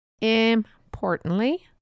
importantly